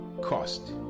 cost